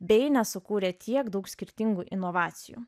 bei nesukūrė tiek daug skirtingų inovacijų